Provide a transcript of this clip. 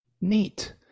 Neat